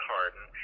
Harden